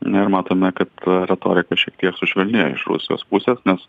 na ir matome kad retorika šiek tiek sušvelnėjo iš rusijos pusės nes